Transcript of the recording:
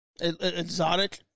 Exotic